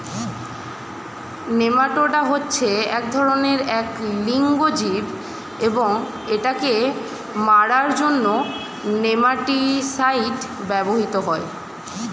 nematoda হচ্ছে এক ধরণের এক লিঙ্গ জীব এবং এটাকে মারার জন্য নেমাটিসাইড ব্যবহৃত হয়